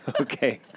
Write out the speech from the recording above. Okay